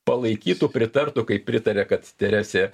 palaikytų pritartų kaip pritarė kad teresė